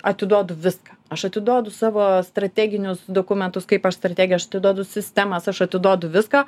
atiduodu viską aš atiduodu savo strateginius dokumentus kaip aš strategiją aš atiduodu sistemas aš atiduodu viską